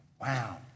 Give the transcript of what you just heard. Wow